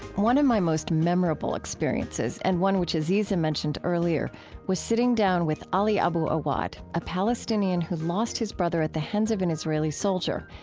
one of my most memorable experiences and one which aziza mentioned earlier was sitting down with ali abu awwad, a palestinian who'd lost his brother at the hands of an israeli soldier,